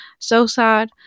SOSAD